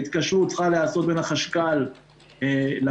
ההתקשרות צריכה להיעשות בין החשכ"ל לבנקים.